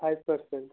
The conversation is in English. five percent